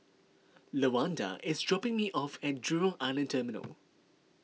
Lawanda is dropping me off at Jurong Island Terminal